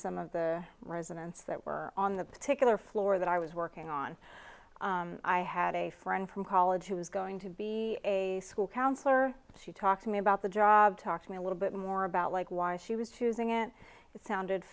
some of the residents that were on the particular floor that i was working on i had a friend from college who was going to be a school counsellor to talk to me about the job talk to me a little bit more about like why she was choosing it sounded